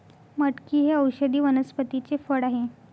मटकी हे औषधी वनस्पतीचे फळ आहे